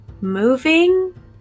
moving